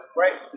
right